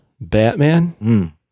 Batman